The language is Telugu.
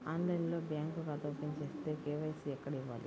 ఆన్లైన్లో బ్యాంకు ఖాతా ఓపెన్ చేస్తే, కే.వై.సి ఎక్కడ ఇవ్వాలి?